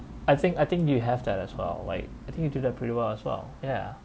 I think I think you have that as well like I think you do that pretty well as well ya